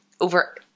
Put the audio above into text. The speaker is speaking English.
over